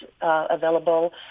available